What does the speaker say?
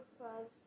five